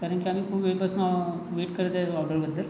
कारण की आम्ही खूप वेळपासनं वेट करत आहे ऑर्डरबद्दल